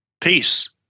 Peace